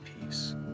peace